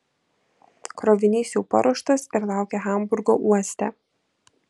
krovinys jau paruoštas ir laukia hamburgo uoste